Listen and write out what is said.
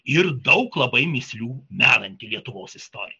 ir daug labai mįslių menanti lietuvos istorija